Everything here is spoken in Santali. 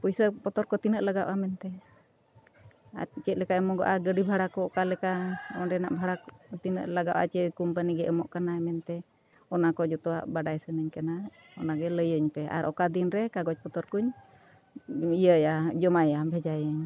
ᱯᱩᱭᱥᱟᱹ ᱯᱚᱛᱨᱚ ᱠᱚ ᱛᱤᱱᱟᱹᱜ ᱞᱟᱜᱟᱜᱼᱟ ᱢᱮᱱᱛᱮ ᱟᱨ ᱪᱮᱫ ᱞᱮᱠᱟᱭ ᱮᱢᱚᱜᱚᱜᱼᱟ ᱜᱟᱹᱰᱤ ᱵᱷᱟᱲᱟ ᱠᱚ ᱚᱠᱟ ᱞᱮᱠᱟ ᱚᱸᱰᱮᱱᱟᱜ ᱵᱷᱟᱲᱟ ᱛᱤᱱᱟᱹᱜ ᱞᱟᱜᱟᱜᱼᱟ ᱡᱮ ᱠᱳᱢᱯᱟᱱᱤ ᱜᱮ ᱮᱢᱚᱜ ᱠᱟᱱᱟᱭ ᱢᱮᱱᱛᱮ ᱚᱱᱟ ᱠᱚ ᱡᱚᱛᱚᱣᱟᱜ ᱵᱟᱰᱟᱭ ᱥᱟᱱᱟᱧ ᱠᱟᱱᱟ ᱚᱱᱟ ᱜᱮ ᱞᱟᱹᱭᱟᱹᱧ ᱯᱮ ᱟᱨ ᱚᱠᱟ ᱫᱤᱱ ᱨᱮ ᱠᱟᱜᱚᱡᱽ ᱯᱚᱛᱨᱚ ᱠᱚᱧ ᱤᱭᱟᱹᱭᱟ ᱡᱚᱢᱟᱭᱟ ᱵᱷᱮᱡᱟᱭᱟᱹᱧ